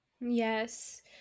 yes